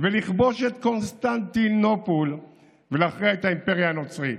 ולכבוש את קונסטנטינופול ולהכריע את האימפריה הנוצרית.